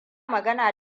magana